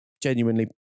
genuinely